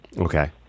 okay